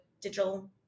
digital